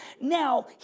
Now